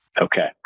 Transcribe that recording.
Okay